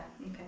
okay